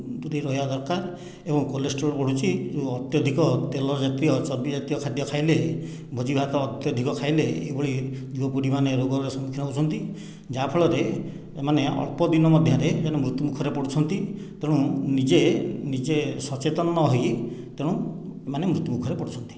ଦୁରେଇ ରହିବା ଦରକାର ଏବଂ କୋଲିଷ୍ଟ୍ରୋଲ୍ ବଢ଼ୁଛି ଏହି ଯେଉଁ ଅତ୍ୟଧିକ ତେଲ ଜାତୀୟ ଚର୍ବି ଜାତୀୟ ଖାଦ୍ୟ ଖାଇଲେ ଭୋଜିଭାତ ଅତ୍ୟଧିକ ଖାଇଲେ ଏହିଭଳି ଅଧିକ ପରିମାଣର ରୋଗର ସମୁଖୀନ ହେଉଛନ୍ତି ଯାହା ଫଳରେ ଏମାନେ ଅଳ୍ପ ଦିନ ମଧ୍ୟରେ ତେଣୁ ମୃତ୍ୟୁମୁଖରେ ପଡ଼ୁଛନ୍ତି ତେଣୁ ନିଜେ ନିଜେ ସଚେତନ ନ ହୋଇ ତେଣୁ ଏମାନେ ମୃତ୍ୟୁମୁଖରେ ପଡ଼ୁଛନ୍ତି